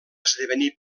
esdevenir